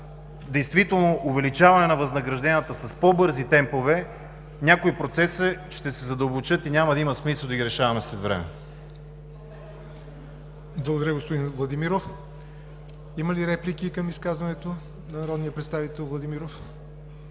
действително увеличаване на възнагражденията с по-бързи темпове, някои процеси ще се задълбочат и няма да има смисъл да ги решаваме след време. ПРЕДСЕДАТЕЛ ЯВОР НОТЕВ: Благодаря, господин Владимиров. Има ли реплики към изказването на народния представител Владимиров?